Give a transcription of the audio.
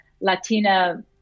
Latina